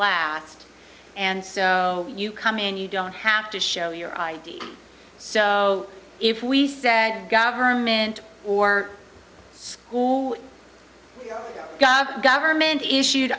last and so you come in you don't have to show your id so if we said government or school got government issued